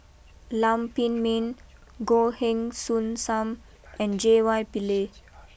Lam Pin Min Goh Heng Soon Sam and J Y Pillay